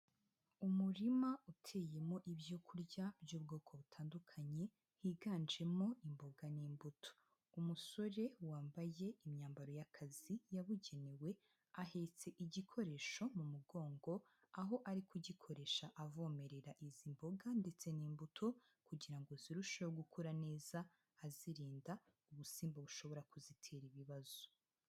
Umurima uteyemo ibyo kurya by'ubwoko butandukanye higanjemo imboga n'imbuto. Umusore wambaye imyambaro y'akazi yabugenewe ahetse igikoresho mu mugongo aho ari kugikoresha avomerera izi mboga ndetse n'imbuto kugira ngo zirusheho gukora neza azirinda ubusimba bushobora kuzitera ibibazo.